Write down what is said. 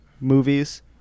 movies